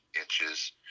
inches